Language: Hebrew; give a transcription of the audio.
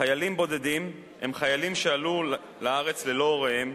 חיילים בודדים הם חיילים שעלו לארץ ללא הוריהם,